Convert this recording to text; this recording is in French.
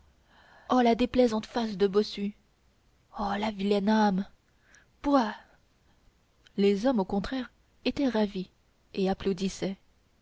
oh la déplaisante face de bossu oh la vilaine âme buah les hommes au contraire étaient ravis et applaudissaient